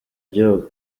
gihugu